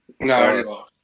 No